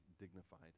dignified